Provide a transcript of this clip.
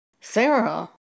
Sarah